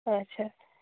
ᱟᱪᱪᱷᱟ